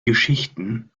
geschichten